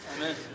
Amen